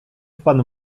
pan